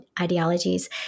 ideologies